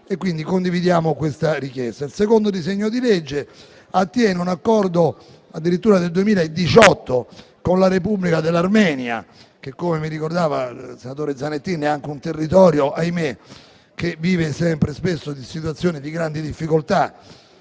Il secondo disegno di legge attiene ad un Accordo, addirittura del 2018, con la Repubblica di Armenia, che, come mi ricordava il senatore Zanettin, è anche un territorio che - ahimè - vive spesso situazioni di grandi difficoltà